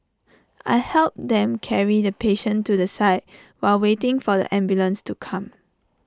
I helped them carry the patient to the side while waiting for the ambulance to come